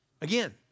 again